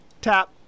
tap